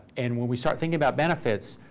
and when we start thinking about benefits,